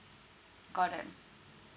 got it